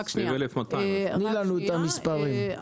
תני לנו את המספרים.